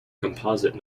composite